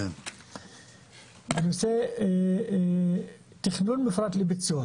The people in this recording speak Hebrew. בנושא תכנון מפורט לביצוע